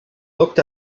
looked